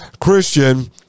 christian